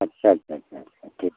अच्छा अच्छा अच्छा अच्छा ठीक